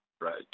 right